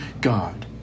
God